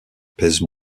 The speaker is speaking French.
pèse